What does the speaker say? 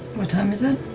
what time is it?